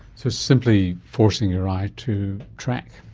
so simply forcing your eye to track.